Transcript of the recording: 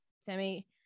Sammy